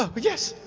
ah but yes,